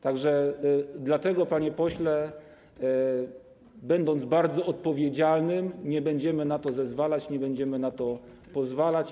Tak że dlatego, panie pośle, będąc bardzo odpowiedzialnymi, nie będziemy na to zezwalać, nie będziemy na to pozwalać.